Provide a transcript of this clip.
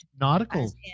Nautical